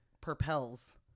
propels